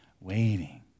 waiting